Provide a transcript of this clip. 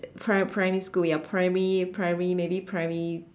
pri~ primary school ya primary primary maybe primary